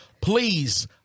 please